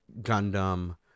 gundam